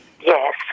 Yes